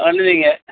ஒன்றும் இல்லைங்க